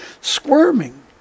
squirming